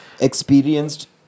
experienced